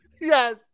Yes